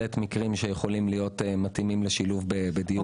בהחלט מקרה שיכול להיות מתאים לשילוב בדיור שלנו.